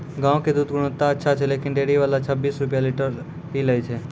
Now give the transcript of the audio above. गांव के दूध के गुणवत्ता अच्छा छै लेकिन डेयरी वाला छब्बीस रुपिया लीटर ही लेय छै?